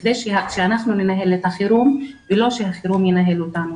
בכדי שאנחנו ננהל את החירום ולא שהחירום ינהל אותנו.